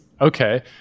Okay